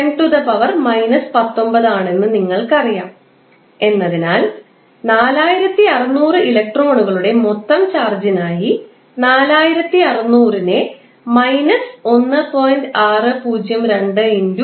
602 ∗ 10 19 ആണെന്ന് നിങ്ങൾക്കറിയാം എന്നതിനാൽ 4600 ഇലക്ട്രോണുകളുടെ മൊത്തം ചാർജി നായി 4600 നെ −1